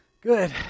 Good